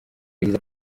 yagize